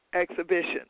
exhibition